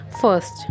First